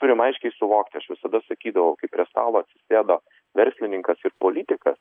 turim aiškiai suvokti aš visada sakydavau kai prie stalo atsisėda verslininkas ir politikas